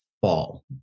fall